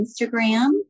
Instagram